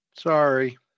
Sorry